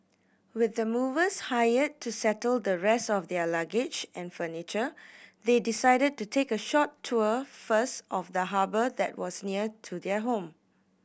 with the movers hired to settle the rest of their luggage and furniture they decided to take a short tour first of the harbour that was near to their home